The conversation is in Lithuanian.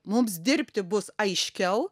mums dirbti bus aiškiau